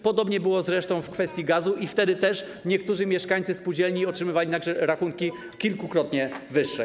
Podobnie było zresztą w kwestii gazu i wtedy też niektórzy mieszkańcy spółdzielni otrzymywali rachunki kilkukrotnie wyższe.